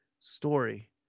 story